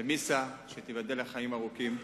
ומיסה, תיבדל לחיים ארוכים,